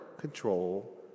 control